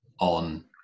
on